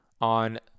on